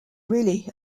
really